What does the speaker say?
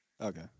Okay